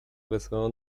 wesołą